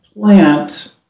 plant